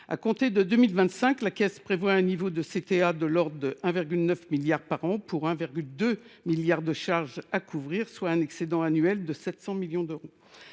À compter de 2025, la Cnieg prévoit un niveau de CTA de l’ordre de 1,9 milliard par an pour 1,2 milliard de charges à couvrir, soit un excédent annuel de 700 millions d’euros.